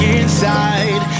inside